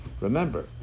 Remember